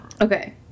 Okay